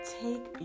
Take